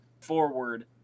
forward